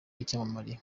w’icyamamare